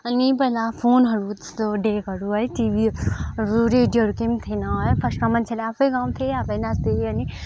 अनि पहिला फोनहरू त्यस्तो डेकहरू है टिभीहरू रेडियोहरू के पनि थिएन है फर्स्टमा मान्छेले आफै गाउँथे आफै नाच्थे अनि